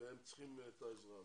והם צריכים את העזרה הזאת.